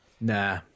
nah